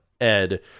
Ed